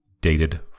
dated